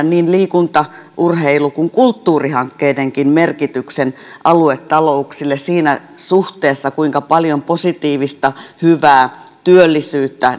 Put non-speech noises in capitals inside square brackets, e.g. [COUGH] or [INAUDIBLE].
[UNINTELLIGIBLE] niin liikunta urheilu kuin kulttuurihankkeidenkin merkityksen aluetalouksille siinä suhteessa kuinka paljon positiivista hyvää työllisyyttä [UNINTELLIGIBLE]